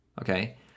okay